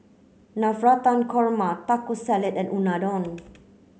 Navratan Korma Taco Salad and Unadon